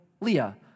Leah